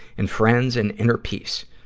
and friends and inner peace.